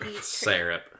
syrup